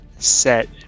set